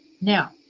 Now